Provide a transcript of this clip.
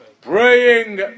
praying